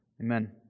Amen